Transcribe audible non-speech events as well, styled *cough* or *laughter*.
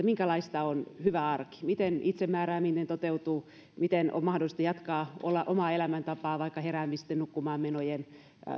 *unintelligible* minkälaista on hyvä arki miten itsemäärääminen toteutuu miten on mahdollista jatkaa omaa elämäntapaansa vaikka heräämisten nukkumaanmenojen